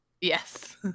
Yes